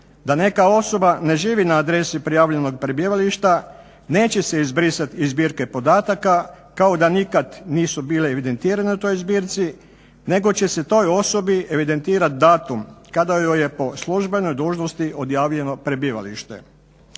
da neka osoba ne živi na adresi prijavljenog prebivališta neće se izbrisati iz zbirke podataka kao da nikad nisu bile evidentirane u toj zbirci nego će se toj osobi evidentirati datum kada joj je po službenoj dužnosti odjavljeno prebivalište.